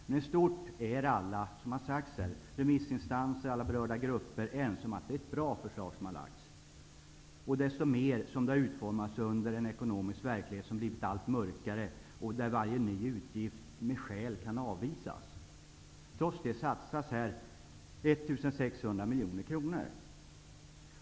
Men i stort är alla remissinstanser, alla berörda grupper, ense om att detta är ett mycket bra förslag. Desto mer gäller detta då förslaget har utformats i en ekonomisk verklighet som blivit allt mörkare och där varje ny utgift kan avvisas. Trots detta satsas här 1 600 miljoner kronor!